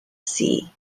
sea